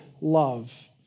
love